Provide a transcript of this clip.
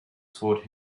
taught